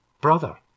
Brother